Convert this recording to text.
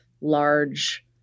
large